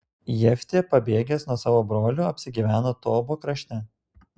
jeftė pabėgęs nuo savo brolių apsigyveno tobo krašte